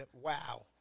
Wow